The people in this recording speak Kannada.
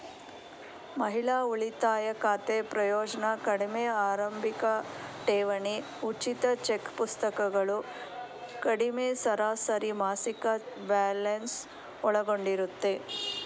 ಮಹಿಳಾ ಉಳಿತಾಯ ಖಾತೆ ಪ್ರಯೋಜ್ನ ಕಡಿಮೆ ಆರಂಭಿಕಠೇವಣಿ ಉಚಿತ ಚೆಕ್ಪುಸ್ತಕಗಳು ಕಡಿಮೆ ಸರಾಸರಿಮಾಸಿಕ ಬ್ಯಾಲೆನ್ಸ್ ಒಳಗೊಂಡಿರುತ್ತೆ